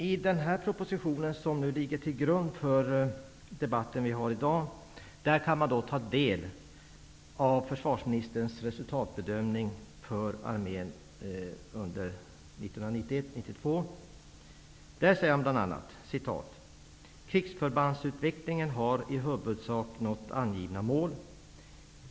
I den proposition som ligger till grund för debatten i dag, kan man ta del av försvarsministerns resultatbedömning för armén för ''Krigsförbandsutvecklingen har i huvudsak nått angivna mål.